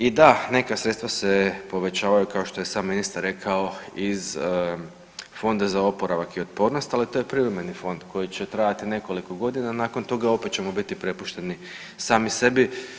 I da, neka sredstva se povećavaju kao što je i sam ministar rekao iz Fonda za oporavak i otpornost, ali to je privremeni fond koji će trajati nekoliko godina, a nakon toga opet ćemo biti prepušteni sami sebi.